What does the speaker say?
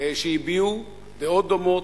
שהביעו דעות דומות,